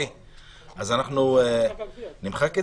אז נמחק את